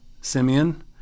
Simeon